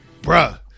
Bruh